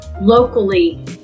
locally